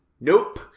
nope